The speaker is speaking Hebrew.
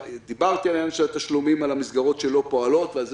דיברתי על עניין התשלומים על המסגרות שלא פועלות ועל כך